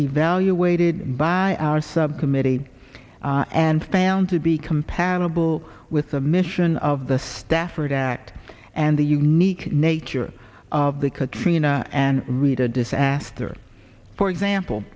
evaluated by our subcommittee and found to be compatible with the mission of the stafford act and the unique nature of the katrina and rita disaster for example